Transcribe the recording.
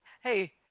Hey